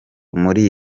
muri